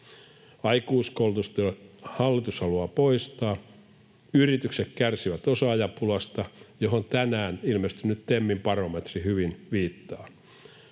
aikuiskoulutustuen. Yritykset kärsivät osaajapulasta, johon tänään ilmestynyt TEMin barometri hyvin viittaa.